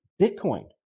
Bitcoin